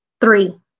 Three